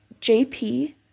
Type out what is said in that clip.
JP